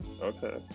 Okay